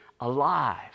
alive